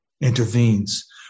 intervenes